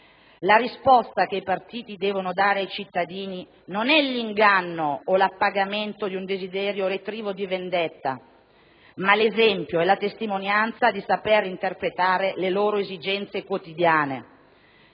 La risposta che i partiti devono dare ai cittadini non è 1'inganno o 1'appagamento di un desiderio retrivo di vendetta, ma 1'esempio e la testimonianza di saper interpretare le loro esigenze quotidiane